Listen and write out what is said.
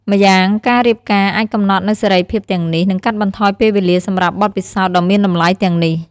ម្យ៉ាងការរៀបការអាចកំណត់នូវសេរីភាពទាំងនេះ និងកាត់បន្ថយពេលវេលាសម្រាប់បទពិសោធន៍ដ៏មានតម្លៃទាំងនេះ។